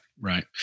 right